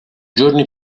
giorni